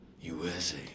USA